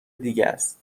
دیگهس